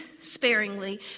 sparingly